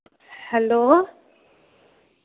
hello